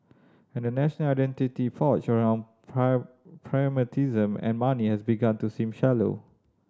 and a national identity forged around pragmatism and money has begun to seem shallow